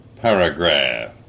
paragraph